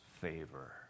favor